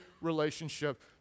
relationship